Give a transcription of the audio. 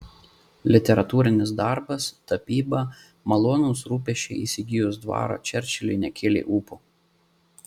literatūrinis darbas tapyba malonūs rūpesčiai įsigijus dvarą čerčiliui nekėlė ūpo